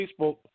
Facebook